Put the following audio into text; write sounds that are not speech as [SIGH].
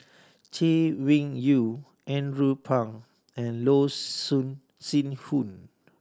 Chay Weng Yew Andrew Phang and Loh [UNINTELLIGIBLE] Sin Yun